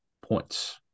points